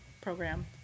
program